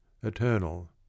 eternal